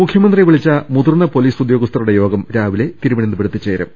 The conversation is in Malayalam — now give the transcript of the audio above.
മുഖ്യമന്ത്രി വിളിച്ച മുതിർന്ന പൊലീസ് ഉദ്യോഗസ്ഥരുടെ യോഗം രാവിലെ തിരുവനന്തപുരത്ത് ചേരും